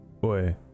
Boy